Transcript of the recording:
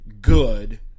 good